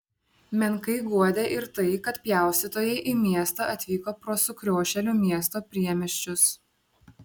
menkai guodė ir tai kad pjaustytojai į miestą atvyko pro sukriošėlių miesto priemiesčius